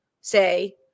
say